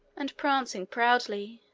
and prancing proudly.